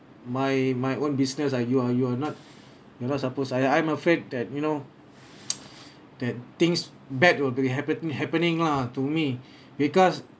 my my own business ah you are you are not you're not suppose I I'm afraid that you know that things bad will be happe~ happening lah to me because